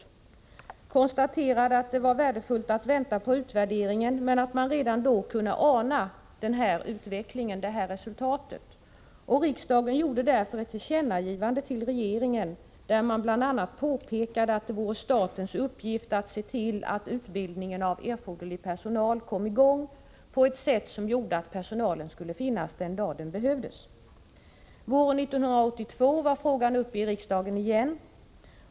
Utskottet konstaterade att det var värdefullt att vänta på utredningen men att man redan då kunde ana det resultat vi nu har fått. Riksdagen gjorde därför ett tillkännagivande till regeringen, där man bl.a. påpekade att det vore statens uppgift att se till att utbildningen av erforderlig personal kom i gång på ett sätt som gjorde att personal skulle finnas den dag den behövdes. Våren 1982 var frågan uppe i riksdagen igen.